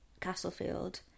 Castlefield